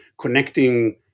connecting